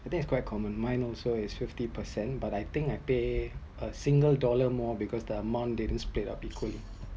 I think is quite common mine also is fifty percent but I think I pay a single dollar more because the amount didn't split up equally